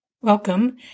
Welcome